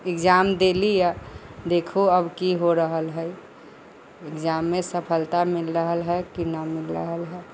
exam देली हइ देखू अब की हो रहल हइ एक्जाममे सफलता मिल रहल हइ कि नहि मिल रहल हइ